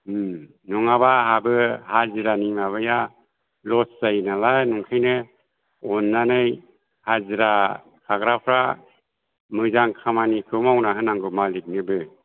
नङाबा आंहाबो हाजिरानि माबाया लस जायो नालाय ओंखायनो अन्नानै हाजिरा थाग्राफ्रा मोजां खामानिखौ मावना होनांगौ मालिगनोबो